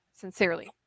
sincerely